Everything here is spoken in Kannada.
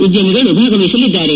ಉದ್ಯಮಿಗಳು ಭಾಗವಹಿಸಲಿದ್ದಾರೆ